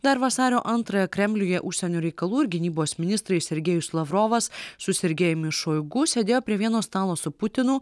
dar vasario antrąją kremliuje užsienio reikalų ir gynybos ministrai sergejus lavrovas su sergejumi šoigu sėdėjo prie vieno stalo su putinu